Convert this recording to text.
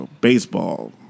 baseball